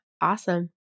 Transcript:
Awesome